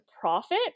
profit